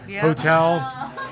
hotel